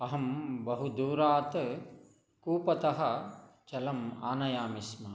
अहं बहु दूरात् कूपतः जलम् आनयामि स्म